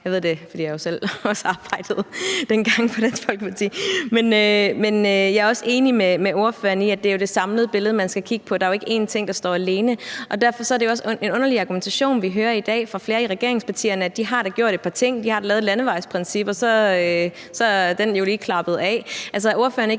Jeg er også enig med ordføreren i, at det jo er det samlede billede, man skal kigge på. Der er jo ikke én ting, der står alene. Derfor er det også en underlig argumentation, vi i dag hører fra flere i regeringspartierne, om, at de da har gjort et par ting. De har lavet et landevejsprincip, og så er den jo lige klappet af.